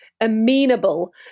amenable